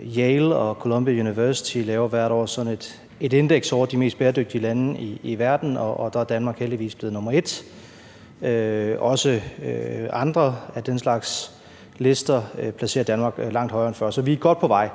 Yale og Colombia University laver hvert år sådan et indeks over de mest bæredygtige lande i verden, og der er Danmark heldigvis blevet nr. 1. Også andre af den slags lister placerer Danmark langt højere end før, så vi er godt på vej.